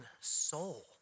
soul